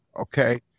okay